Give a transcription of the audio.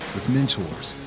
with mentors,